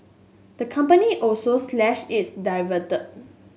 the company also slashed its